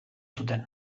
zuten